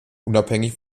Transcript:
unabhängig